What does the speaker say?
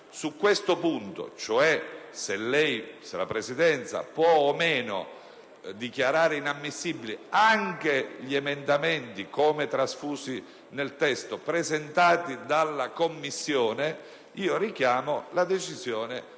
Su questo punto, cioè se la Presidenza può o meno dichiarare inammissibili anche gli emendamenti come trasfusi nel testo presentato dalla Commissione, richiamo la decisione